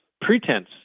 pretense